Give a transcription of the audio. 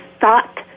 thought